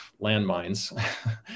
landmines